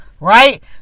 right